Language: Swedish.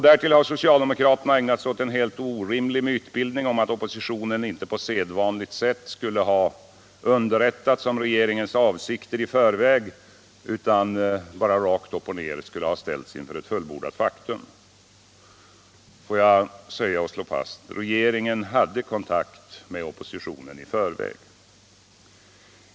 Dessutom har socialdemokraterna ägnat sig åt en helt orimlig mytbildning om att oppositionen inte på sedvanligt sätt skulle ha underrättats om regeringens avsikter i förväg utan ha ställts inför fullbordat faktum. Får jag slå fast: Regeringen hade kontakt med oppositionen i förväg.